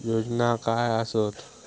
योजना काय आसत?